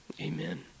Amen